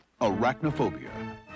Arachnophobia